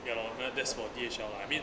ya lor n~ that's for D_H_L lah I mean